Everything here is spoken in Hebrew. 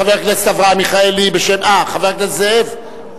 חבר הכנסת אברהם מיכאלי, בשם, חבר הכנסת זאב?